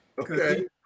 Okay